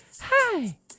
hi